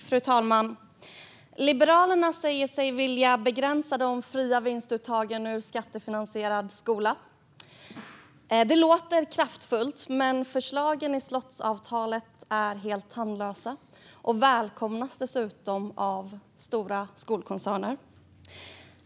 Fru talman! Liberalerna säger sig vilja begränsa de fria vinstuttagen från skattefinansierad skola. Det låter kraftfullt, men förslagen i slottsavtalet är helt tandlösa och välkomnas dessutom av stora skolkoncerner.